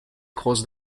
cause